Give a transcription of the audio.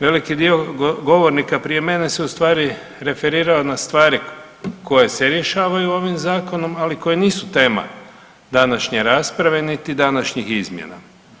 Veliki dio govornika prije mene su ustvari referirao na stvari koje se rješavaju ovim zakonom, ali koji nisu tema današnje rasprave niti današnjih izmjena.